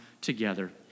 together